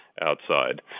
outside